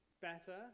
better